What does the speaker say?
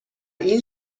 این